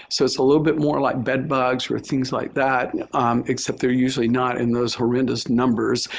so it's a little bit more like bedbugs or things like that except they're usually not in those horrendous numbers.